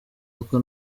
kuko